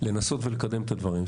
שלי לנסות ולקדם את הדברים.